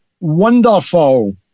Wonderful